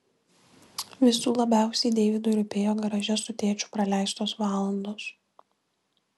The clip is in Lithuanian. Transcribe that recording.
visų labiausiai deividui rūpėjo garaže su tėčiu praleistos valandos